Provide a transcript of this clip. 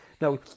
Now